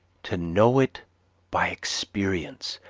to know it by experience,